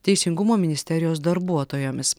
teisingumo ministerijos darbuotojomis